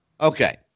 Okay